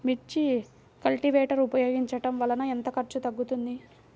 మిర్చి కల్టీవేటర్ ఉపయోగించటం వలన ఎంత ఖర్చు తగ్గుతుంది?